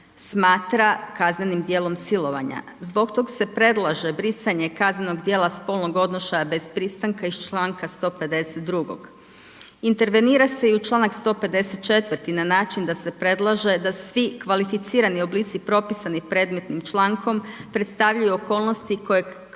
smatra kaznenim dijelom silovanja. Zbog tog se predlaže brisanje kaznenog dijela spolnog odnošaja bez pristanka iz Članka 152. Intervenira se i u Članak 154. na način da se predlaže da svi kvalificirani oblici propisani predmetnim člankom predstavljaju okolnosti koje kazneno